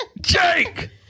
Jake